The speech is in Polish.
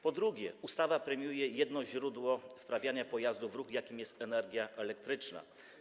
Po drugie, ustawa premiuje jedno źródło wprawiania pojazdu w ruch, jakim jest energia elektryczna.